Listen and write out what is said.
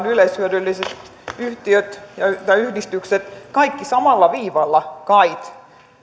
yleishyödylliset yhdistykset kaikki samalla viivalla kait